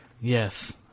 Yes